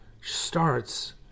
starts